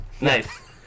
Nice